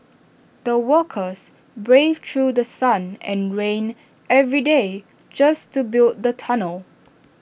the workers braved through The Sun and rain every day just to build the tunnel